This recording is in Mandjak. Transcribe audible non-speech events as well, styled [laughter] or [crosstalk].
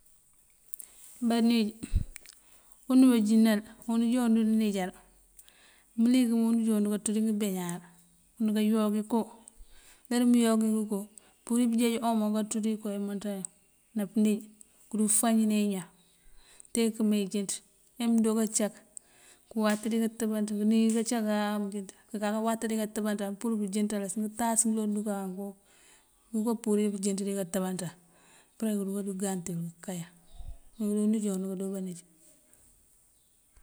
Banij: und bájínal, undajoo jύníjar, mёlik unda joo und káţύrí ngёbeeñuwar, und kayowag iko. Uler uwí mёyowaagí mёёmpύrír pёёnjeej omo kaţύrí iko imёёnţёyun nápёnij kur fañёna iñan, tee ikёm meenjёnt. Mee mёёndooba icak kuwatiri [noise] kantёbanţin, [noise] kёnij kacákaa injёnt, kёwatiri kantёbanţin pur pёёnjёnţálёs itas iiloŋ ndύkáank yoka purir pёnjёnţ di kantёbanţin. Apёre kёrunkángat kёkáyan. [unintelligible]